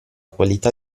qualità